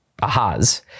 ahas